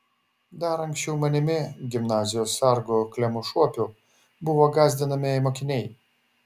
dar anksčiau manimi gimnazijos sargu klemu šuopiu buvo gąsdinami mokiniai